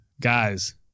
Guys